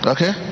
Okay